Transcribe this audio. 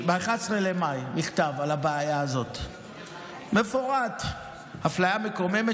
מכתב מפורט על הבעיה הזאת: אפליה מקוממת